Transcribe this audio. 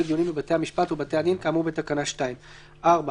לדיונים בבתי המשפט ובבתי הדין כאמור בתקנה 2. נוכחות כלואים בדיונים